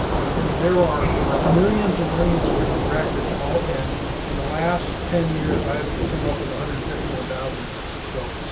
ah you know, there are millions and millions of different records and all. and in the last ten years i've come up with one hundred and fifty one thousand records. so,